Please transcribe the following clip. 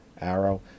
arrow